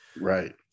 Right